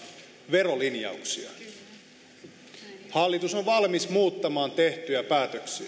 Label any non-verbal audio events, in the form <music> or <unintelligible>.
verolinjauksia hallitus on valmis muuttamaan tehtyjä päätöksiä <unintelligible>